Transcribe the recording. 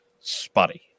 spotty